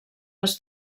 les